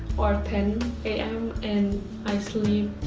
or ten am and i sleep